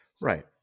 Right